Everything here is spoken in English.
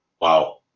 Wow